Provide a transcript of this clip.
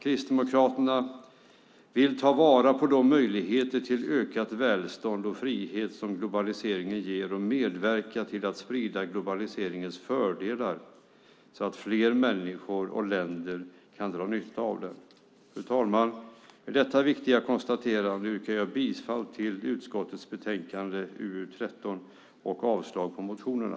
Kristdemokraterna vill ta vara på de möjligheter till ökat välstånd och frihet som globaliseringen ger och medverka till att sprida globaliseringens fördelar så att fler människor och länder kan dra nytta av den. Fru talman! Med detta viktiga konstaterande yrkar jag bifall till förslagen i utskottets betänkande UU13 och avslag på motionerna.